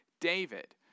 David